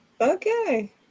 Okay